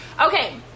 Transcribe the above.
Okay